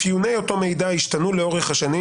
אפיוני אותו מידע השתנו לאורך השנים